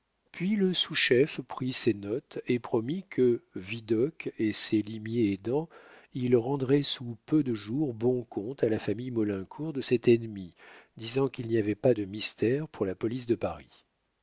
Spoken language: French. puis le sous-chef prit ses notes et promit que vidocq et ses limiers aidant il rendrait sous peu de jours bon compte à la famille maulincour de cet ennemi disant qu'il n'y avait pas de mystères pour la police de paris